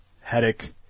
headache